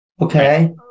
Okay